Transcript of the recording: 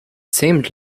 seemed